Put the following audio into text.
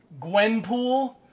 Gwenpool